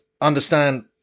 understand